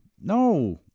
no